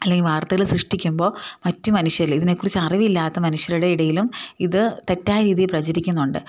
അല്ലെങ്കിൽ വാർത്തകൾ സൃഷ്ടിക്കുമ്പോൾ മറ്റ് മനുഷ്യരിൽ ഇതിനെ കുറിച്ചു അറിവില്ലാത്ത മനുഷ്യരുടെ ഇടയിലും ഇത് തെറ്റായ രീതി പ്രചരിക്കുന്നുണ്ട്